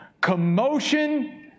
commotion